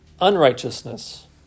unrighteousness